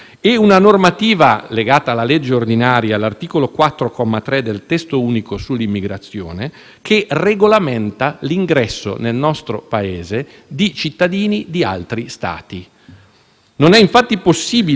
che regolamenta l'ingresso nel nostro Paese di cittadini di altri Stati. Non è infatti possibile per uno Stato di diritto consentire l'accesso indiscriminato nel proprio territorio